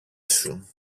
σου